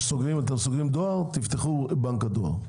אתם סוגרים סניף דואר, תפתחו בנק הדואר.